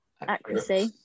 Accuracy